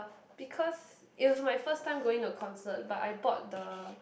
because it was my first time going to a concert but I bought the